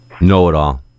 Know-it-all